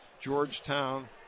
Georgetown